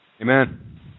Amen